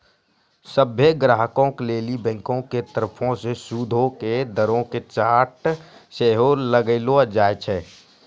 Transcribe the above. सभ्भे ग्राहको लेली बैंको के तरफो से सूदो के दरो के चार्ट सेहो लगैलो जाय छै